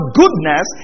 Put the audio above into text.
goodness